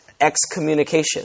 excommunication